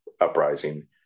uprising